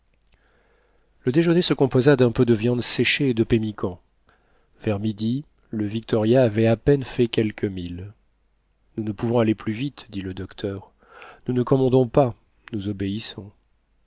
le déjeuner se composa d'un peu de viande séchée et de pemmican vers midi le victoria avait à peine fait quelques milles nous ne pouvons aller plus vite dit le docteur nous ne commandons pas nous obéissons